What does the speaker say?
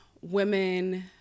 women